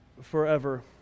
forever